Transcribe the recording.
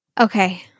Okay